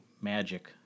magic